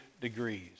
degrees